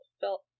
felt